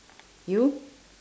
you